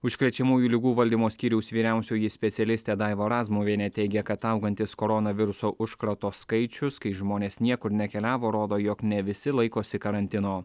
užkrečiamųjų ligų valdymo skyriaus vyriausioji specialistė daiva razmuvienė teigė kad augantis koronaviruso užkrato skaičius kai žmonės niekur nekeliavo rodo jog ne visi laikosi karantino